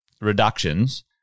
reductions